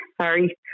sorry